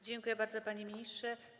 Dziękuję bardzo, panie ministrze.